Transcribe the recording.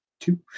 two